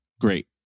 Great